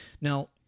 Now